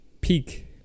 peak